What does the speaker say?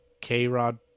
k-rod